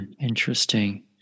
Interesting